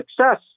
success